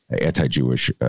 anti-Jewish